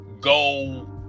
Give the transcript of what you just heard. go